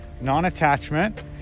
non-attachment